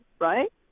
Right